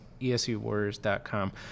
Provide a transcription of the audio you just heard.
ESUwarriors.com